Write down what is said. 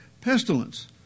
pestilence